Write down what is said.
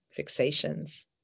fixations